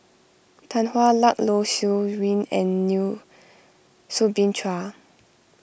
Tan Hwa Luck Low Siew Nghee and New Soo Bin Chua